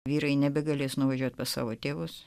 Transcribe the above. vyrai nebegalės nuvažiuoti pas savo tėvus